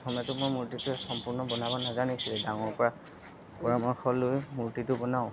প্ৰথমতো মই মূৰ্তিটো সম্পূৰ্ণ বনাব নাজানিছিলোৱেই ডাঙৰৰপৰা পৰামৰ্শ লৈ মূৰ্তিটো বনাওঁ